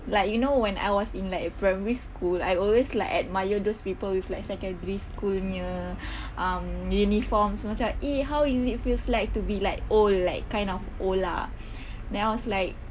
like you know when I was in like primary school I always like admire those people with like secondary school near um uniforms so macam eh how is it feels like to be like old like kind of old lah then I was like